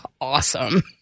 awesome